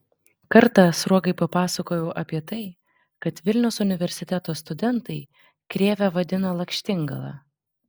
kartą sruogai papasakojau apie tai kad vilniaus universiteto studentai krėvę vadina lakštingala